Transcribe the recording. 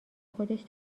خودش